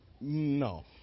no